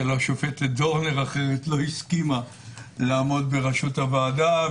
של השופטת דורנר אחרת לא הסכימה לעמוד בראש הוועדה.